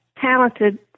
talented